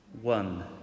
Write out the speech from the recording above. one